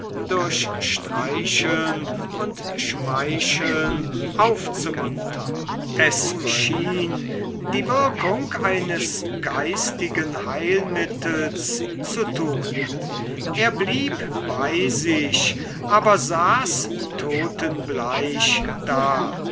durch streicheln und schmeicheln aufzumuntern es schien die wirkung eines geistigen heilmittels zu tun er blieb bei sich aber saß totenbleich da